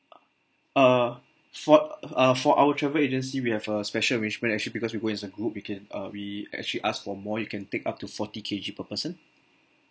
uh for uh for our travel agency we have a special arrangement actually because we go as a group we can uh we actually ask for more you can take up to forty K_G per person